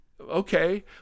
okay